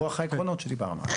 ברוח העקרונות שדיברנו.